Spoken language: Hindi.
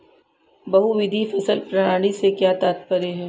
बहुविध फसल प्रणाली से क्या तात्पर्य है?